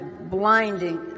blinding